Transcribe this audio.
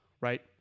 right